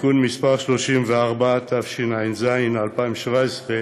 (תיקון מס' 34), התשע"ז 2017,